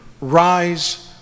rise